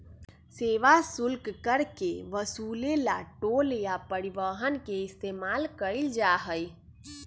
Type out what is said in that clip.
सेवा शुल्क कर के वसूले ला टोल या परिवहन के इस्तेमाल कइल जाहई